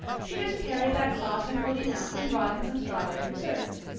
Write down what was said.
she just carried that sauce and pudding out and brought in some strawberry preserves.